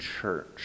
church